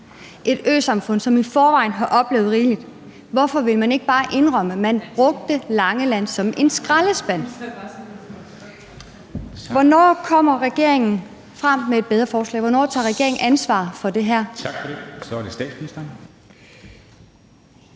et øsamfund, som i forvejen har oplevet rigeligt. Hvorfor vil man ikke bare indrømme, at man brugte Langeland som en skraldespand? Hvornår kommer regeringen med et bedre forslag? Hvornår tager regeringen ansvar for det her?